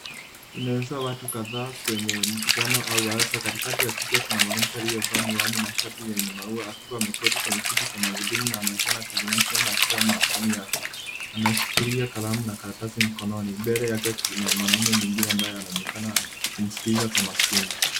Inaonyesha watu kadhaa kwenye makutano. Katikati ya picha kuna mwanamke aliyevaa miwani na shati yenye maua akiwa ameketi kwenye kiti cha magurudumu na anaonekana akizungumza na akitoa maoni yake. Anashikilia kalamu na karatasi mkononi. Mbele yake kuna mwamamme mwengine ambaye anaonekana kumsikiliza kwa makini.